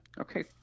Okay